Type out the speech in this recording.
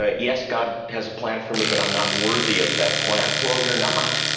ah yes, god has a plan for me but i'm not worthy of that plan. well, you're not.